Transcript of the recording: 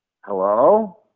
Hello